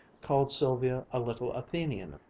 called sylvia a little athenian,